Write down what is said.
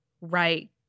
right